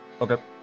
Okay